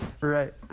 Right